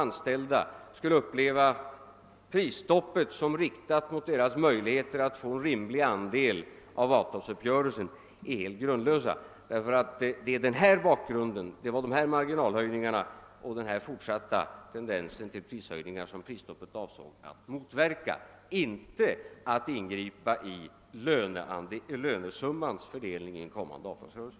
Hans försök att framställa prisstoppet som riktat mot deras möjligheter att få en rimlig andel av avtalsuppgörelsens resultat är grundlösa. Det var nämligen marginalhöjningarna och den fortsatta tendensen till prishöjning :ar som prisstoppet avsåg att motverka; avsikten var inte att ingripa i lönesummans fördelning vid den kommande avtalsuppgörelsen.